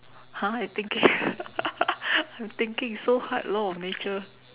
!huh! you thinking you thinking so hard law of nature